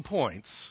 points